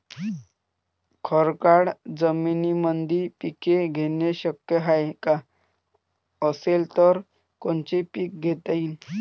खडकाळ जमीनीमंदी पिके घेणे शक्य हाये का? असेल तर कोनचे पीक घेता येईन?